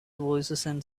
voicesand